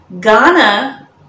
Ghana